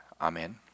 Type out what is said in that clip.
Amen